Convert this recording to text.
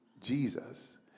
jesus